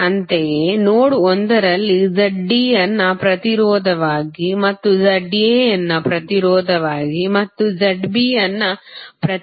ಅಂತೆಯೇ ನೋಡ್ ಒಂದರಲ್ಲಿ ZD ಯನ್ನು ಪ್ರತಿರೋಧವಾಗಿ ಮತ್ತು ZA ಅನ್ನು ಪ್ರತಿರೋಧವಾಗಿ ಮತ್ತು ZB ಯನ್ನು ಪ್ರತಿರೋಧವಾಗಿ ಸೇರುತ್ತಿದ್ದೀರಿ